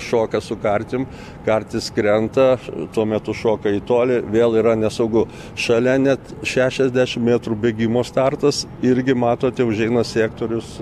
šoka su kartim kartis krenta tuo metu šoka į tolį vėl yra nesaugu šalia net šešiasdešimt metrų bėgimo startas irgi matote užeina sektorius